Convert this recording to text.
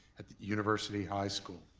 at the university high school.